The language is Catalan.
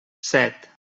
set